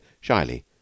shyly